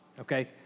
okay